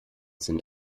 sind